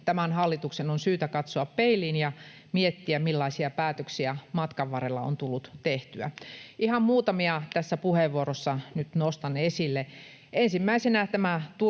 tämän hallituksen on syytä katsoa peiliin ja miettiä, millaisia päätöksiä matkan varrella on tullut tehtyä. Ihan muutamia tässä puheenvuorossa nyt nostan esille. Ensimmäisenä tämä